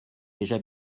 déjà